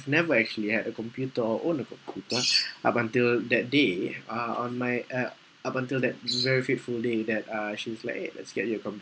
never actually had a computer or own notebook up until that day uh on my uh up until that very fateful day that uh she was like eh let's get you a computer